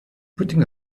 putting